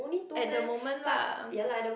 at the moment lah